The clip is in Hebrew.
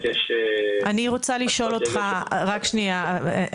אני רוצה לשאול אותך, חן,